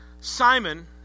Simon